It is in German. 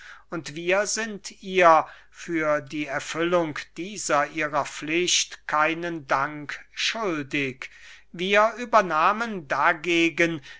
und wir sind ihr für die erfüllung dieser ihrer pflicht keinen dank schuldig wir übernahmen dagegen